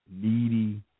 needy